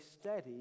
steady